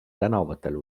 tänavatel